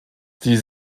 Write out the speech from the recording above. sie